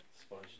Sponge